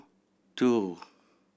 two